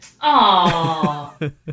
Aww